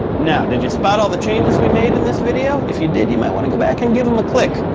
now, did you spot all the changes we made in this video? if you did, you might want to go back and give them a click.